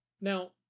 Now